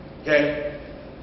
Okay